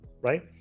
right